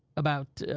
about,